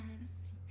Yes